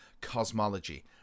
cosmology